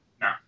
No